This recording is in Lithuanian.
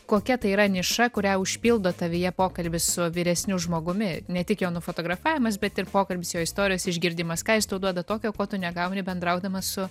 kokia tai yra niša kurią užpildo tavyje pokalbis su vyresniu žmogumi ne tik jo nufotografavimas bet ir pokalbis jo istorijos išgirdimas ką jis tau duoda tokio ko tu negauni bendraudamas su